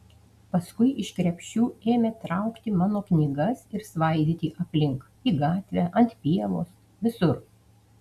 paskui iš krepšių ėmė traukti mano knygas ir svaidyti aplink į gatvę ant pievos visur